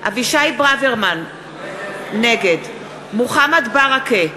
אבישי ברוורמן, נגד מוחמד ברכה,